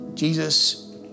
Jesus